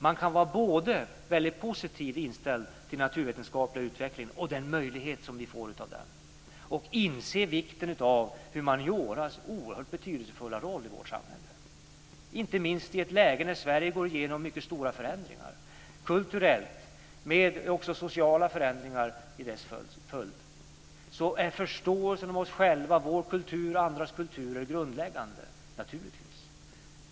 Man kan vara både väldigt positivt inställd till den naturvetenskapliga utvecklingen och den möjlighet vi får av den och inse vikten av humaniora och dess oerhört betydelsefulla roll i vårt samhälle. Inte minst i ett läge där Sverige går igenom stora förändringar kulturellt, och sociala förändringar som en följd därav, är förståelsen av oss själva och vår kultur och andras kulturer grundläggande.